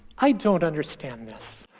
i don't understand this,